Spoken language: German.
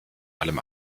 allem